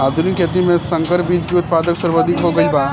आधुनिक खेती में संकर बीज के उत्पादन सर्वाधिक हो गईल बा